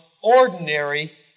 ordinary